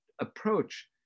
approach